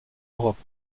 europe